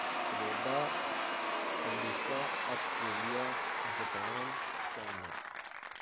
Canada America Australia Japan China